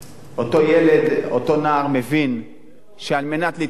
אותו ילד, אותו נער, מבין שעל מנת להתפרנס